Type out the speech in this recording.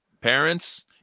Parents